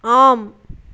ஆம்